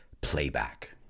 playback